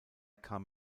kam